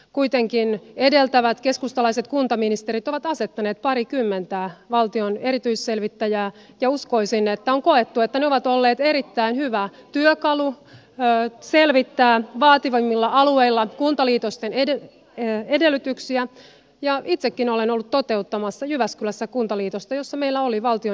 kuitenkin edeltävät keskustalaiset kuntaministerit ovat asettaneet parikymmentä valtion erityisselvittäjää ja uskoisin että on koettu että ne ovat olleet erittäin hyvä työkalu selvittää vaativimmilla alueilla kuntaliitosten edellytyksiä ja itsekin olen ollut toteuttamassa jyväskylässä kuntaliitosta jossa meillä oli valtion erityisselvittäjä